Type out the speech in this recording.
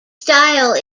style